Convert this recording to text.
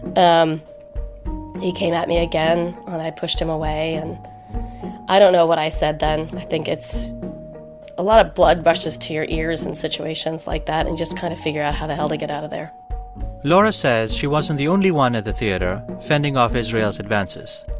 um he came at me again, and i pushed him away. and i don't know what i said then. i think it's a lot of blood rushes to your ears in situations like that, and you just kind of figure out how the hell to get out of there laura says she wasn't the only one at the theater fending off israel's advances,